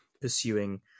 pursuing